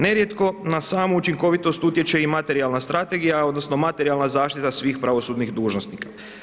Nerijetko na samu učinkovitost utječe i materijalna strategija, odnosno materijalna zaštita svih pravosudnih dužnosnika.